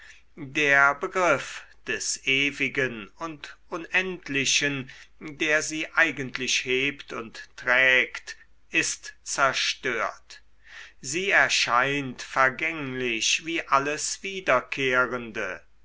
der begriff des ewigen und unendlichen der sie eigentlich hebt und trägt ist zerstört sie erscheint vergänglich wie alles wiederkehrende